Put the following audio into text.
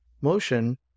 motion